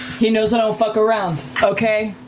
he knows i don't fuck around, okay?